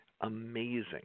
Amazing